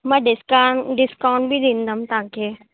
मां डिस्का डिस्काउंट बि ॾींदमि तव्हांखे